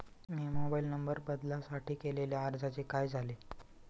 मी mobile number बदलासाठी केलेल्या अर्जाचे काय झाले?